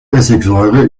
essigsäure